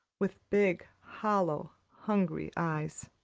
with big, hollow, hungry eyes.